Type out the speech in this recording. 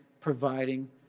providing